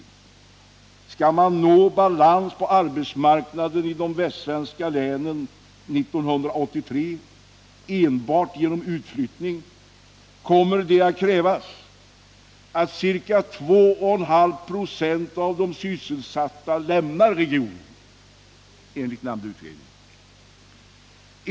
Om man enbart genom utflyttning skall nå balans på arbetsmarknaden i de västsvenska länen 1983, kommer det, enligt nämnda utredning, att krävas att ca 2,5 96 av de sysselsatta lämnar regionen.